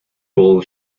bowl